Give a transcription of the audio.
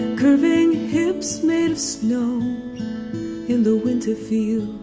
curving hips made of snow in the winter fields